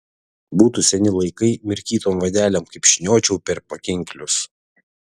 būtų seni laikai mirkytom vadelėm kaip šniočiau per pakinklius